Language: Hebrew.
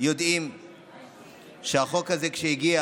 יודעים שהחוק הזה, כשהגיע